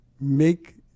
make